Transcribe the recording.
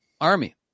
Army